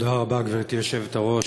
תודה רבה, גברתי היושבת-ראש.